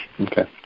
Okay